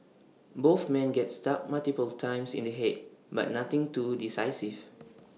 both man get struck multiple times in the Head but nothing too decisive